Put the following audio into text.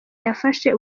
yafashe